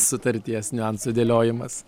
sutarties niuansų dėliojimas